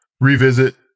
revisit